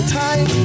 time